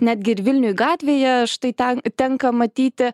netgi ir vilniuj gatvėje štai ten tenka matyti